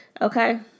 Okay